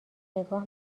نگاه